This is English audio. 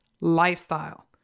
lifestyle